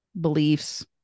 beliefs